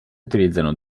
utilizzano